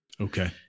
Okay